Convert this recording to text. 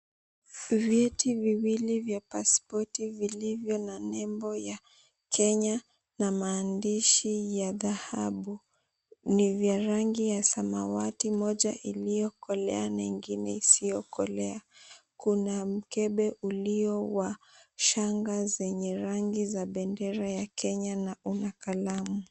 Vyeti viwili vya passpoti, vilivyo na nembo ya Kenya, na mandishi ya dhahabu ni vya rangi ya samawati, moja iliyokolea na ingine isiyokolea. Kuna mkebe uliyo wa shanga zanye rangi ya bendera ya Kenya na una kalamu.